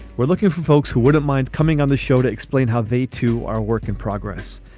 we're looking for folks who wouldn't mind coming on the show to explain how they, too, are work in progress.